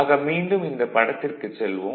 ஆக மீண்டும் இந்தப் படத்திற்குச் செல்வோம்